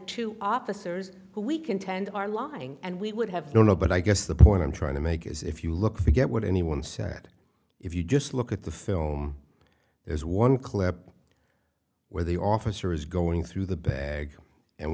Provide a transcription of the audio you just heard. two officers who we contend are lying and we would have no no but i guess the point i'm trying to make is if you look forget what anyone said if you just look at the film there's one clip where the officer is going through the bag and